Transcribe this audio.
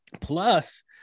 Plus